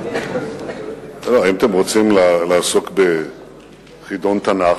אם אתם רוצים לעסוק בחידון תנ"ך,